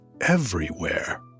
everywhere